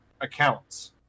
accounts